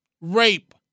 rape